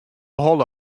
holle